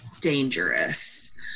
dangerous